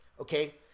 okay